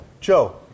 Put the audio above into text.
Joe